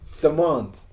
Demand